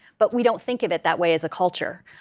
but we don't think of it that way as a culture.